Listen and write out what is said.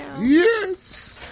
Yes